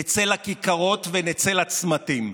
נצא לכיכרות ונצא לצמתים.